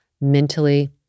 mentally